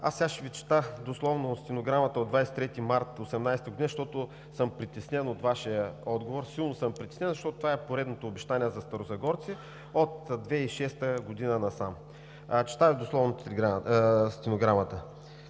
Сега ще Ви чета дословно стенограмата от 23 март 2018 г., защото съм притеснен от Вашия отговор. Силно съм притеснен, защото това е поредното обещание за старозагорци от 2006 г. насам. Чета Ви дословно стенограмата.